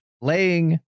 laying